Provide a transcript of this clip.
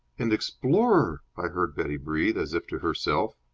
an explorer! i heard betty breathe, as if to herself.